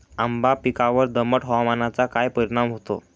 आंबा पिकावर दमट हवामानाचा काय परिणाम होतो?